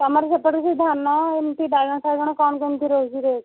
ତମର୍ ସେପଟରେ ସେଇ ଧାନ ଏମତି ବାଇଗଣ ଫାଇଗଣ କଣ କେମତି ରହୁଛି ରେଟ୍